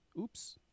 Oops